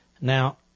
Now